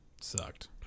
sucked